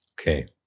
Okay